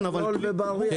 מכלול ובריח".